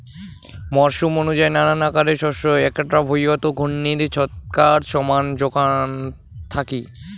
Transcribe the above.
মরসুম অনুযায়ী নানান আকারের শস্য এ্যাকটা ভুঁইয়ত ঘূর্ণির ছচকাত সমান জোখন থাকি